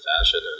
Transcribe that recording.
fashion